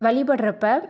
வழிபடுறப்போ